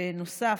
בנוסף,